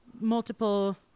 multiple